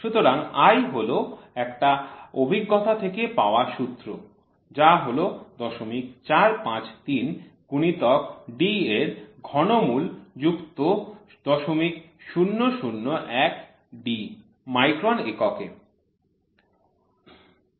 সুতরাং i হল একটা অভিজ্ঞতা থেকে পাওয়া সূত্র যা হল ০৪৫৩ গুণিতক D এর ঘনমূল যুক্ত ০০০১ D মাইক্রন এককে